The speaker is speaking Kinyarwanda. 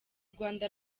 rwanda